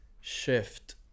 shift